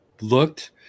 looked